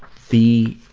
the,